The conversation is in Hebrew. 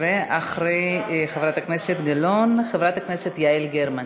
ואחרי חברת הכנסת גלאון, חברת הכנסת יעל גרמן.